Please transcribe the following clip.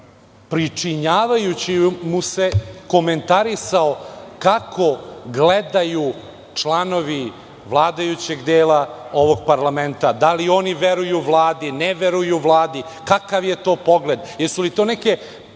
pričinjavajući mu se, komentarisao kako gledaju članovi vladajućeg dela ovog parlamenta, da li oni veruju Vladi, ne veruju Vladi. Kakav je to pogled? Jesu li to neke